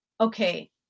okay